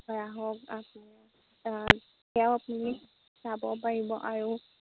ধৰা হওক আপোনাৰ সেয়াও আপুনি চাব পাৰিব আৰু